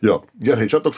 jo gerai čia toks